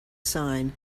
sign